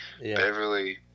Beverly